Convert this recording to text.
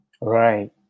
right